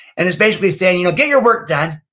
and it's basically saying, you know get your work done,